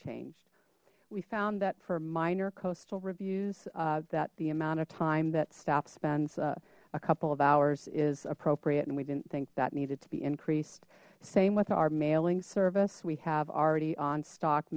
changed we found that for minor coastal reviews that the amount of time that staff spends a couple of hours is appropriate and we didn't think that needed to be increased same with our mailing service we have already on stock